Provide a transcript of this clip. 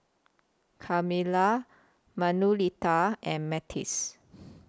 Carmella Manuelita and Matthias